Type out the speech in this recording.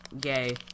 gay